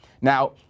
Now